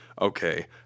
Okay